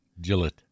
Gillette